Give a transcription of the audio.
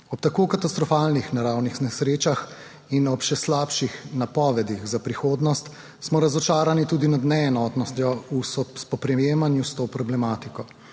Ob tako katastrofalnih naravnih nesrečah in ob še slabših napovedih za prihodnost, smo razočarani tudi nad neenotnostjo v spoprijemanju s to problematiko.